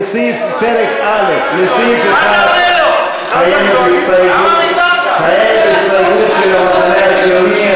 פרק א' לסעיף 1 קיימת הסתייגות של סיעות המחנה הציוני,